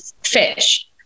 fish